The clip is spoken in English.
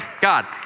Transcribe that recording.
God